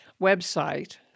website